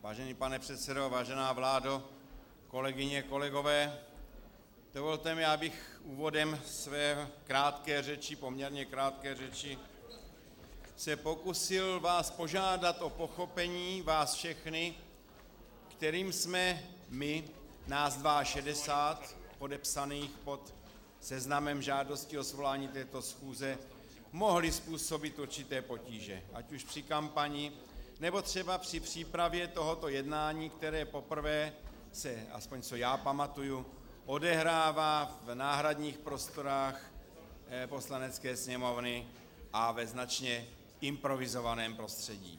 Vážený pane předsedo, vážená vládo, kolegyně, kolegové, dovolte mi, abych se úvodem své krátké řeči, poměrně krátké řeči, pokusil vás požádat o pochopení, vás všechny, kterým jsme my, nás 62 podepsaných pod seznamem žádostí o svolání této schůze, mohli způsobit určité potíže ať už při kampani, nebo třeba při přípravě tohoto jednání, které se poprvé, aspoň co já pamatuji, odehrává v náhradních prostorách Poslanecké sněmovny a ve značně improvizovaném prostředí.